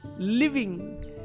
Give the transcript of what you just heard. Living